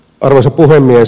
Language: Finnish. arvoisa puhemies